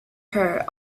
her